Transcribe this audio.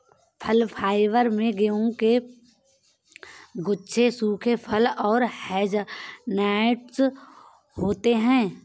फल फाइबर में गेहूं के गुच्छे सूखे फल और हेज़लनट्स होते हैं